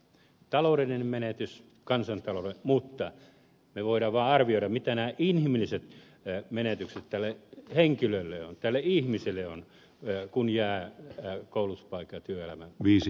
se on taloudellinen menetys kansantaloudelle mutta me voimme vain arvioida mitä nämä inhimilliset menetykset tälle henkilölle ovat tälle ihmisille ovat kun jää koulutuspaikan ja työelämän ulkopuolelle